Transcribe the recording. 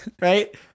right